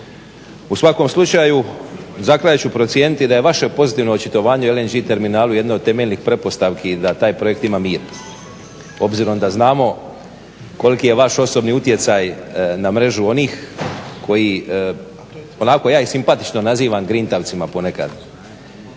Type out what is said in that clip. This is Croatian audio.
U svakom slučaju za kraj ću procijeniti da je vaše pozitivno očitovanje o LNG terminalu jedno od temeljnih pretpostavki da taj projekt ima mir. Obzirom da znamo koliki je vaš osobni utjecaj na mrežu onih koji, polako ja i simpatično nazivam grintavcima ponekad,